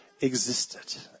existed